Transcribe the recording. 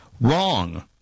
Wrong